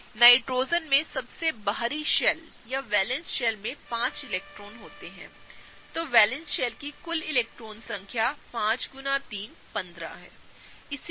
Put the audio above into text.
nitrogen में सबसे बाहरी शेल या वैलेंस शेल में 5 इलेक्ट्रॉन होते हैं इसलिए वैलेंस इलेक्ट्रॉनों की कुल संख्या 5 में 3 है जो 15 सही है